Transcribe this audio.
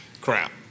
crap